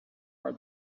are